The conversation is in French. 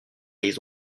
les